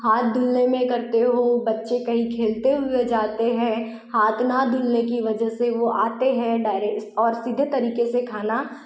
हाथ धुलने में करते हो बच्चे कहीं खेलते हुए जाते हैं हाथ ना धुलने की वजह से वो आते हैं डायरेक्टस और सीधे तरीक़े से खाना